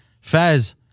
Fez